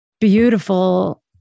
beautiful